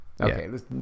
Okay